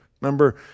Remember